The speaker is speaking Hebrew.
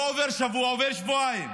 עובר שבוע, עוברים שבועיים,